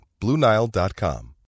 BlueNile.com